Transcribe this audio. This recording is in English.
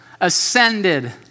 ascended